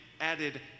added